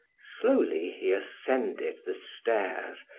slowly he ascended the stairs,